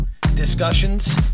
discussions